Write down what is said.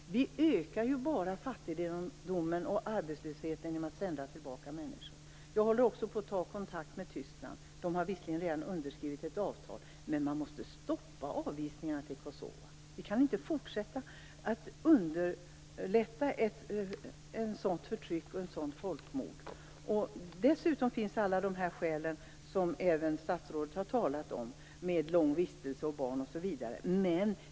Vi ökar bara fattigdomen och arbetslösheten genom att sända tillbaka människor. Jag håller också på att ta kontakt med Tyskland. Det har visserligen redan underskrivit ett avtal. Men man måste stoppa avvisningarna till Kosova. Vi kan inte fortsätta att underlätta ett sådant förtryck och ett folkmord. Dessutom finns alla de skäl som även statsrådet har talat om med lång vistelse, barn osv.